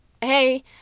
hey